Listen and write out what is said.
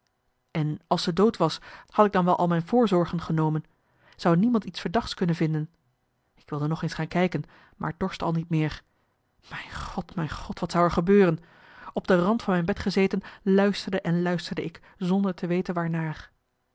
en als ze dood was had ik dan wel al mijn voorzorgen genomen zou niemand iets verdachts kunnen vinden ik wilde nog eens gaan kijken maar dorst al niet meer mijn god mijn god wat zou er gebeuren op de rand van mijn bed gezeten luisterde en luisterde ik zonder te weten